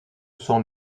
sont